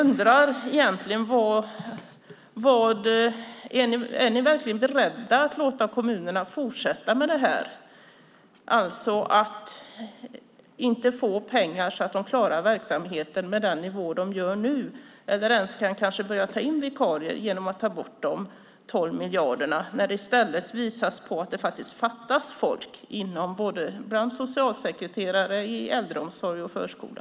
Är ni verkligen beredda att låta kommunerna fortsätta utan att ge dem pengar så att de klarar verksamheten på den nivå som är nu, eller kan börja ta in vikarier, och ta bort de 12 miljarderna trots att det fattas folk inom både socialtjänst, äldreomsorg och förskola?